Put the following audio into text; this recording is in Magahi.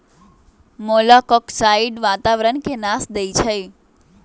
मोलॉक्साइड्स वातावरण के नाश देई छइ